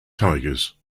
tigers